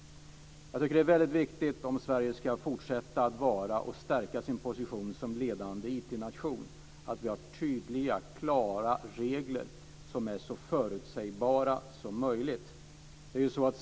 Jag tycker att det är väldigt viktigt om Sverige ska fortsätta att stärka sin position som ledande IT-nation att vi har tydliga, klara regler som är så förutsägbara som möjligt.